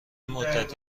مدت